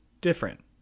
different